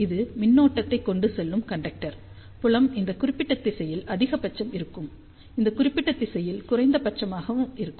இது மின்னோட்டத்தை கொண்டு செல்லும் கண்டெக்டர் புலம் இந்த குறிப்பிட்ட திசையில் அதிகபட்சமாக இருக்கும் இந்த குறிப்பிட்ட திசையில் குறைந்தபட்சமாக இருக்கும்